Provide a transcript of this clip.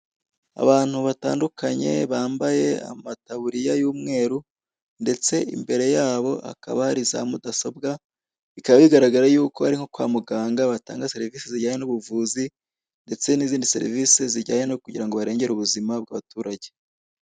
Abagabo bambaye amakanzu y'umweru asa, bicaye kuri mudasobwa, mu gihe imbere yabo hari imashini. Biragaragara ko ari nko kwa muganga, hakaba hari serivisi bari gutanga.